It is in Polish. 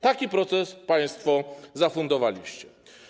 Taki proces państwo zafundowaliście.